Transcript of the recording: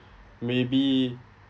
maybe